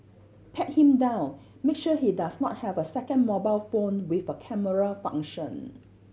pat him down make sure he does not have a second mobile phone with a camera function